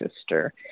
sister